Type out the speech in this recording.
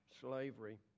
slavery